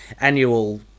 annual